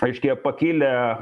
kažkiek pakilę